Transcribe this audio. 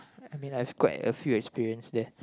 I mean I've quite a few experience there